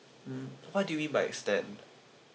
mm what do you mean by extend